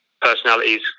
personalities